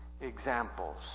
examples